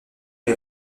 les